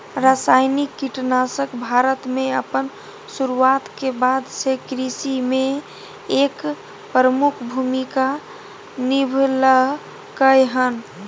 रासायनिक कीटनाशक भारत में अपन शुरुआत के बाद से कृषि में एक प्रमुख भूमिका निभलकय हन